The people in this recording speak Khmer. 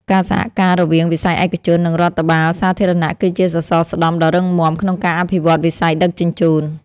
ការសហការរវាងវិស័យឯកជន និងរដ្ឋបាលសាធារណៈគឺជាសសរស្តម្ភដ៏រឹងមាំក្នុងការអភិវឌ្ឍវិស័យដឹកជញ្ជូន។